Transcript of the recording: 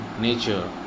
nature